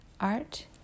art